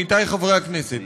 עמיתי חברי הכנסת,